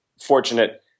fortunate